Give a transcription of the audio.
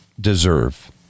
deserve